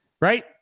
Right